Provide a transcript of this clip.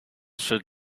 should